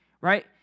right